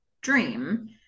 dream